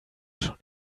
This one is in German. schon